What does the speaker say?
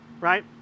right